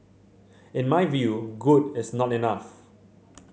in my view good is not enough